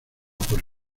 por